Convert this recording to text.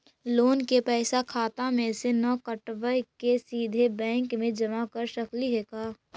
Loan के पैसा खाता मे से न कटवा के सिधे बैंक में जमा कर सकली हे का?